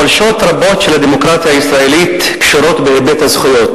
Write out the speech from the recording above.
חולשות רבות של הדמוקרטיה הישראלית קשורות בהיבט הזכויות,